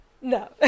No